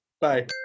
Bye